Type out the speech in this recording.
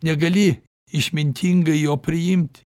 negali išmintingai jo priimt